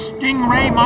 Stingray